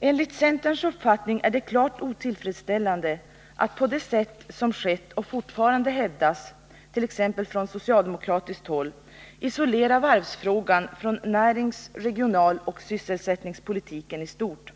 Enligt centerns uppfattning är det klart otillfredsställande att på det sätt som skett och så som fortfarande hävdas, t.ex. från socialdemokratiskt håll, isolera varvsfrågan från närings-, regionaloch sysselsättningspolitiken i stort.